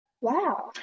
Wow